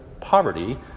poverty